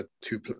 two